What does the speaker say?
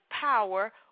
power